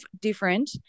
different